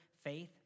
faith